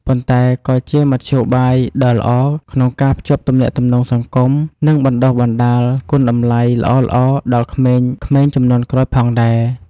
ប៉ុន្តែក៏ជាមធ្យោបាយដ៏ល្អក្នុងការភ្ជាប់ទំនាក់ទំនងសង្គម និងបណ្ដុះបណ្ដាលគុណតម្លៃល្អៗដល់ក្មេងៗជំនាន់ក្រោយផងដែរ។